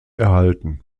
erhalten